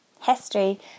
History